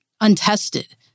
untested